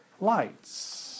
lights